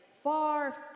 far